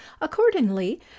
Accordingly